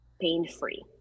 pain-free